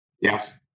Yes